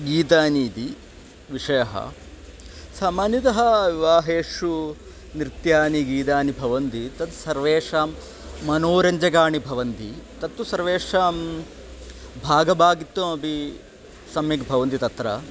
गीतानि इति विषयः सामान्यतः विवाहेषु नृत्यानि गीतानि भवन्ति तत् सर्वेषां मनोरञ्जकानि भवन्ति तत्तु सर्वेषां भागभागित्वमपि सम्यक् भवन्ति तत्र